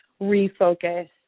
refocus